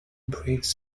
breeds